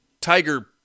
tiger